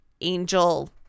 angel